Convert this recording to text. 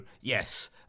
yes